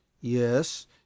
yes